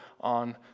on